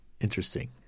Interesting